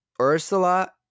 Ursula